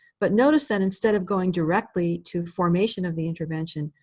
but notice that instead of going directly to formation of the intervention,